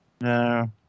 No